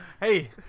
Hey